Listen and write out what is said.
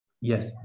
yes